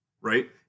right